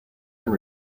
and